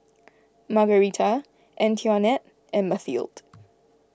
Margarita Antionette and Mathilde